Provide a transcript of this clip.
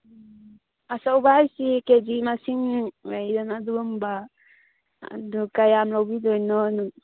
ꯎꯝ ꯑꯆꯧꯕ ꯍꯥꯏꯁꯤ ꯀꯦꯖꯤ ꯃꯁꯤꯡ ꯂꯩꯗꯅ ꯑꯗꯨꯒꯨꯝꯕ ꯑꯗꯨ ꯀꯌꯥꯝ ꯂꯧꯕꯤꯗꯣꯏꯅꯣ